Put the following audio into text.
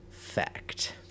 fact